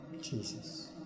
Jesus